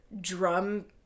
drum